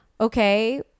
okay